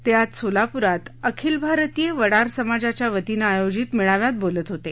ते आज सोलापुरात अखिल भारतीय वडार समाजाच्या वतीनं आयोजित मेळाव्यात बोलत होते